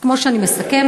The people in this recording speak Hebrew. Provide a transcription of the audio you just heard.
אז כמו שאני מסכמת,